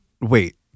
wait